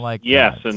yes